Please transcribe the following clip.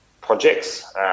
projects